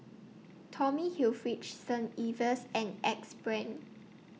Tommy Hilfiger Saint Ives and Axe Brand